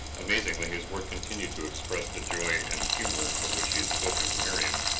amazingly his work continued to express the joy and humor of which he had spoken to miriam.